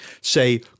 say